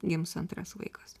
gims antras vaikas